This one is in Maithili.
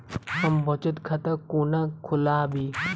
हम बचत खाता कोना खोलाबी?